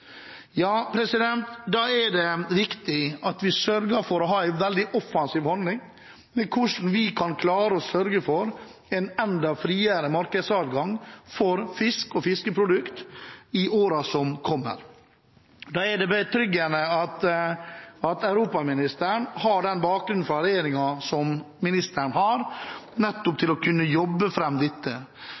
Ja, da er det viktig at vi sørger for å ha en veldig offensiv holdning til hvordan vi kan klare å få en enda friere markedsadgang for fisk og fiskeprodukter i årene som kommer. Da er det betryggende at europaministeren har den bakgrunnen fra regjeringen som hun har, for å kunne jobbe fram dette.